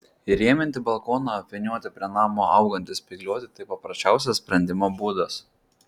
įrėminti balkoną apvynioti prie namo augantį spygliuotį tai paprasčiausias sprendimo būdas